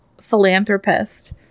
philanthropist